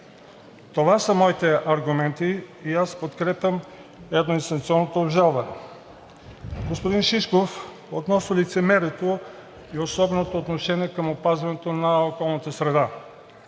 Това са моите аргументи и аз подкрепям едноинстанционното обжалване. Господин Шишков, относно лицемерието и особеното отношение към опазването на околната среда.